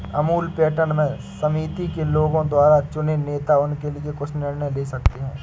Amul pattern में समिति के लोगों द्वारा चुने नेता उनके लिए कुछ निर्णय ले सकते हैं